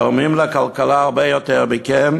ותורמים לכלכלה הרבה יותר מכם.